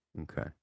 Okay